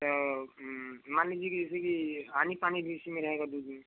तो मान लीजिए कि जैसे कि आनी पानी भी उसी में रहेगा दूध में